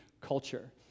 culture